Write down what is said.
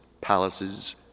palaces